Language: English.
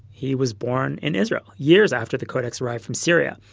he was born in israel years after the codex arrived from syria.